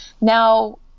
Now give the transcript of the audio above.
Now